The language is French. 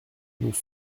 nous